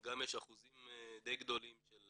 גם יש אחוזים די גדולים של